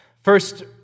first